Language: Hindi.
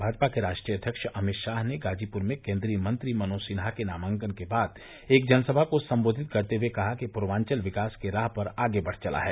भाजपा के राष्ट्रीय अध्यक्ष अमित शाह ने गाजीपूर में केन्द्रीय मंत्री मनोज सिन्हा के नामांकन के बाद एक जनसभा को सम्बोधित करते हुये कहा कि पूर्वांचल विकास की राह पर आगे बढ़ चला है